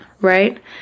Right